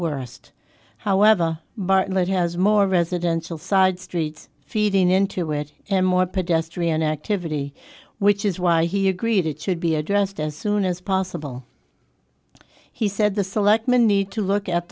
worst however bartlett has more residential side streets feeding into it and more pedestrian activity which is why he agreed it should be addressed as soon as possible he said the selectman need to look at